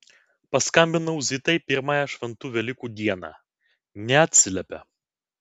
paskambinau zitai pirmąją šventų velykų dieną neatsiliepia